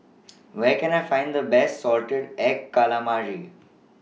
Where Can I Find The Best Salted Egg Calamari